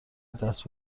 دست